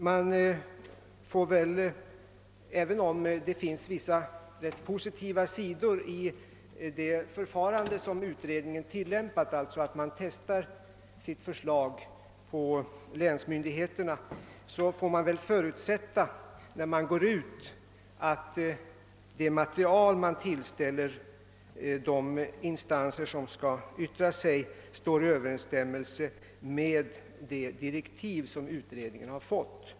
Jag kan visserligen finna vissa rätt positiva sidor i det förfarande som utredningen tillämpat, d. v. s. att den testar sitt förslag på länsmyndigheterna, men det borde väl ändå förutsättas att det material som en utredning tillställer de instanser som skall yttra sig står i överensstämmelse med de direktiv som utredningen har fått.